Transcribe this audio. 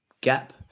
gap